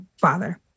father